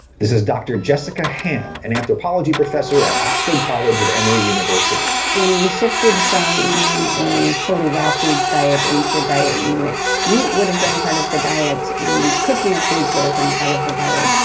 this is dr. jessica ham, an anthropology professor at oxford college of emory university. when we shifted from eating a fully raw foods diet into a diet in which meat would have been part of the diet, and cooking of foods would have been part of the diet,